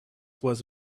was